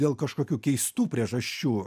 dėl kažkokių keistų priežasčių